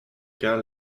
cœur